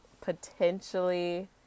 potentially